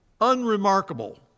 unremarkable